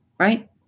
Right